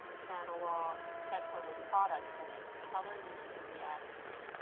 catalog, etc. with products in it the color needs to be accurate.